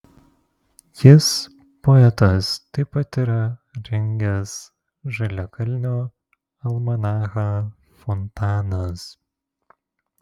jis poetas taip pat yra rengęs žaliakalnio almanachą fontanas